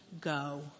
go